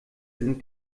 sind